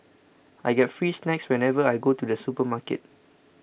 I get free snacks whenever I go to the supermarket